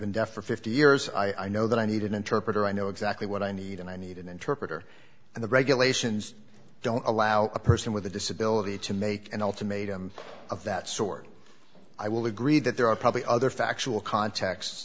been deaf for fifty years i know that i need an interpreter i know exactly what i need and i need an interpreter and the regulations don't allow a person with a disability to make an ultimatum of that sort i will agree that there are probably other factual cont